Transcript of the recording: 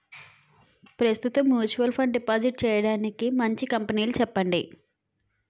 ప్రస్తుతం mutual fund deposit చేయడానికి మంచి కంపెనీలు చెప్పండి